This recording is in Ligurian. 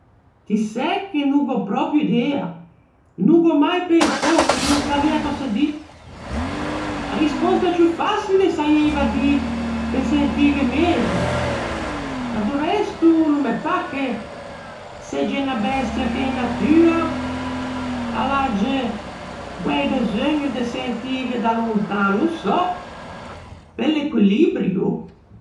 Ti sæ che no gh'ò pròpio idea, no gh'ò mai pensou, no saviæ cöse dî. A rispòsta ciù façile saieiva dî, pe sentîghe megio, ma do resto no me pâ ch'a segge unna bestia che in natua a l'agge guæi beseugno de sentîghe da lontan. No sò. Pe l'equilibrio?